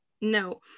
no